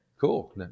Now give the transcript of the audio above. Cool